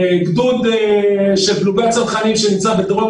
את הגדוד של פלוגת צנחנים שנמצא בדרום